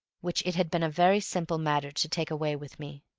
which it had been a very simple matter to take away with me.